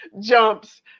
jumps